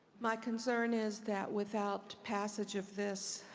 my concern is that without passage of this,